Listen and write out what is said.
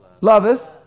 loveth